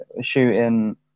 shooting